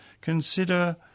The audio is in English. Consider